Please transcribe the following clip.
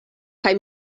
kaj